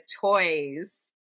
toys